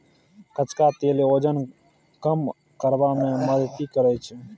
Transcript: कचका तेल ओजन कम करबा मे मदति करैत छै